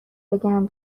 بگن